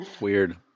Weird